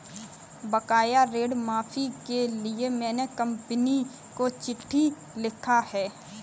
बकाया ऋण माफी के लिए मैने कंपनी को चिट्ठी लिखा है